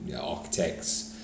architects